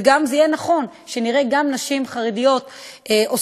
וזה יהיה נכון שנראה גם נשים חרדיות עוסקות